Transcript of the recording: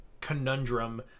conundrum